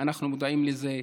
אנחנו מודעים לזה.